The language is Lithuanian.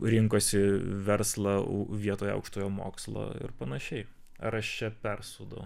rinkosi verslą vietoj aukštojo mokslo ir panašiai ar aš čia persūdau